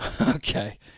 Okay